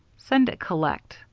send it collect,